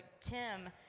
Tim